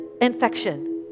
infection